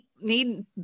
need